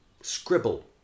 Scribble